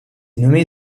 nommée